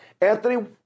Anthony